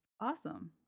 awesome